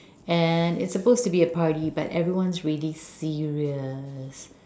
and it's supposed to be a party but everyone is really serious